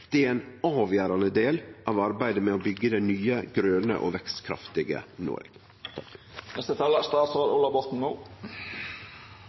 Det er ein avgjerande del av arbeidet med å byggje det nye, grøne og vekstkraftige